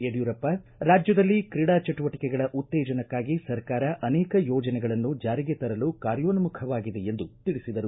ಯಡಿಯೂರಪ್ಪ ರಾಜ್ಯದಲ್ಲಿ ಕ್ರೀಡಾ ಚಟುವಟಿಕೆಗಳ ಉತ್ತೇಜನಕ್ಕಾಗಿ ಸರ್ಕಾರ ಅನೇಕ ಯೋಜನೆಗಳನ್ನು ಜಾರಿಗೆ ತರಲು ಕಾರ್ಯೋನ್ಮುಖವಾಗಿದೆ ಎಂದು ತಿಳಿಸಿದರು